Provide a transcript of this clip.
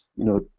you know,